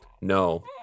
no